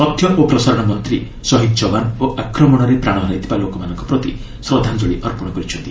ତଥ୍ୟ ଓ ପ୍ରସାରଣ ମନ୍ତ୍ରୀ ଶହିଦ୍ ଯବାନ ଓ ଆକ୍ରମଣରେ ପ୍ରାଣ ହରାଇଥିବା ଲୋକମାନଙ୍କ ପ୍ରତି ଶ୍ରଦ୍ଧାଞ୍ଜଳି ଅର୍ପଣ କରିଛନ୍ତି